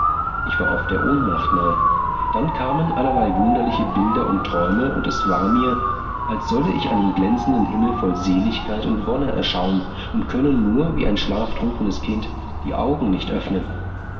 ich war oft der ohnmacht nahe dann kamen allerlei wunderliche bilder und träume und es war mir als solle ich einen glänzenden himmel voll seligkeit und wonne erschauen und könne nur wie ein schlaftrunknes kind die augen nicht öffnen